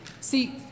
See